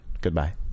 goodbye